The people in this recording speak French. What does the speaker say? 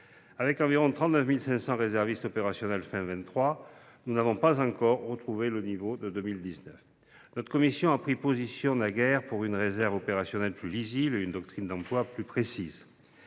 avec environ 39 500 réservistes opérationnels en cette fin d’année, nous n’avons pas encore retrouvé le niveau de 2019. Notre commission a pris position, naguère, pour une réserve opérationnelle plus lisible et une doctrine d’emploi plus précise.